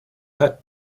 had